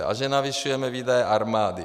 A že navyšujeme výdaje armády.